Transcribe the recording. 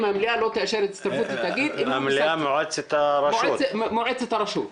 המליאה, מועצת הרשות.